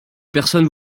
personnes